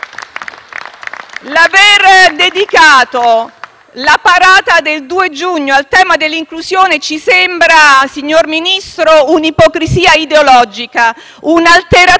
L'aver dedicato la parata del 2 giugno al tema dell'inclusione ci sembra, signor Ministro, un'ipocrisia ideologica, un'alterazione